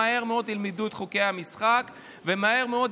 הם מהר מאוד ילמדו את חוקי המשחק ומהר מאוד